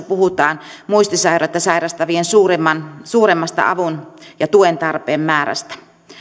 puhutaan muistisairautta sairastavien suuremmasta avun ja tuen tarpeen määrästä